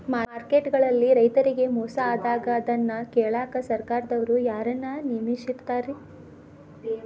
Market ಗಳಲ್ಲಿ ರೈತರಿಗೆ ಮೋಸ ಆದಾಗ ಅದನ್ನ ಕೇಳಾಕ್ ಸರಕಾರದವರು ಯಾರನ್ನಾ ನೇಮಿಸಿರ್ತಾರಿ?